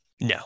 No